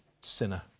sinner